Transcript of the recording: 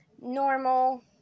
normal